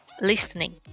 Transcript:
listening